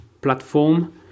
platform